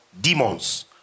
demons